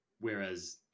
Whereas